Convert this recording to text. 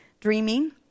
dreaming